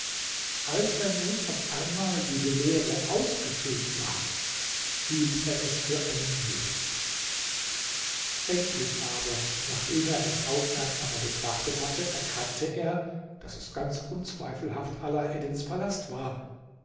als er nun auf einmal diese leere ausgefüllt sah hielt er es für einen nebel endlich aber nachdem er es aufmerksamer betrachtet hatte erkannte er daß es ganz unzweifelhaft alaeddins palast war